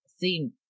seen